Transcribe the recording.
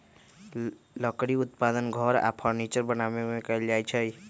लकड़ी उत्पादन घर आऽ फर्नीचर बनाबे के लेल कएल जाइ छइ